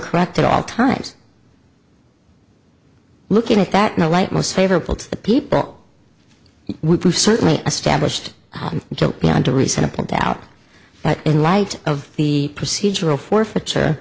correct at all times looking at that in a light most favorable to the people would certainly established a joke beyond a reasonable doubt but in light of the procedural forfeiture